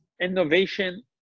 innovation